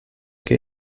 che